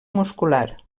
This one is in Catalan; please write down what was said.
muscular